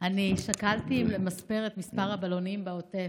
שקלתי אם למספר את הבלונים בעוטף.